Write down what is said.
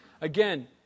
again